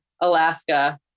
Alaska